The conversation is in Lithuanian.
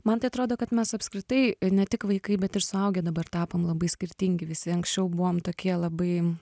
man tai atrodo kad mes apskritai i ne tik vaikai bet ir suaugę dabar tapom labai skirtingi visi anksčiau buvom tokie labai